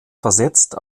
versetzt